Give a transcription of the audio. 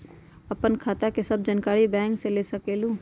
आपन खाता के सब जानकारी बैंक से ले सकेलु?